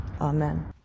Amen